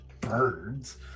birds